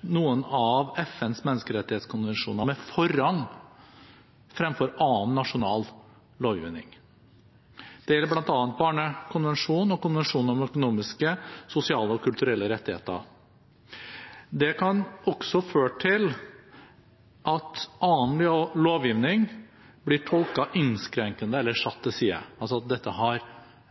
noen av FNs menneskerettighetskonvensjoner med forrang fremfor annen nasjonal lovgivning. Det gjelder bl.a. barnekonvensjonen og konvensjonen om økonomiske, sosiale og kulturelle rettigheter. Det kan også føre til at annen lovgivning blir tolket innskrenkende eller satt til side, altså at dette har